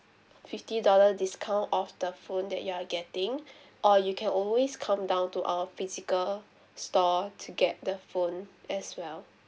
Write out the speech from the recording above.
fifty dollar discount off the phone that you are getting or you can always come down to our physical store to get the phone as well